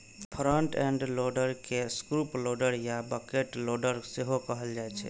front end loader के scoop loader या bucket loader सेहो कहल जाइ छै